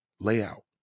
layout